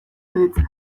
erditze